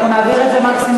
אנחנו נעביר את זה מקסימום,